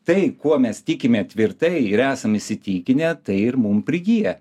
tai kuo mes tikime tvirtai ir esam įsitikinę tai ir mum prigyja